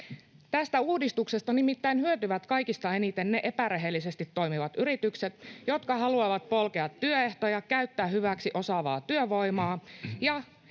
Tästä uudistuksesta nimittäin hyötyvät kaikista eniten ne epärehellisesti toimivat yritykset, jotka haluavat polkea työehtoja, käyttää hyväksi osaavaa työvoimaa